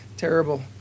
Terrible